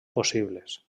possibles